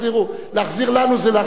להחזיר לנו זה להחזיר את הכול.